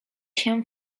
się